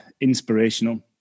inspirational